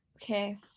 okay